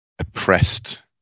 Oppressed